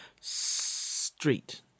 street